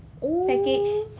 oh